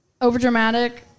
overdramatic